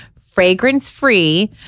fragrance-free